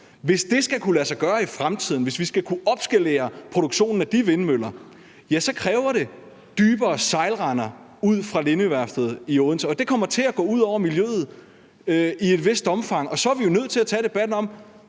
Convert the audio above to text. Hvis det skal kunne lade sig gøre i fremtiden, hvis vi skal kunne opskalere produktionen af de vindmøller, kræver det dybere sejlrender ud fra Lindøværftet i Odense, og det kommer til at gå ud over miljøet i et vist omfang, og så er vi jo nødt til at tage debatten om,